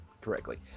correctly